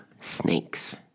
snakes